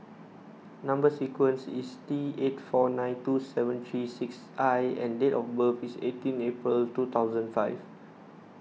Number Sequence is T eight four nine two seven three six I and date of birth is eighteen April two thousand five